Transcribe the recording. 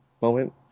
moment